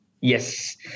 Yes